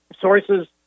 sources